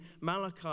Malachi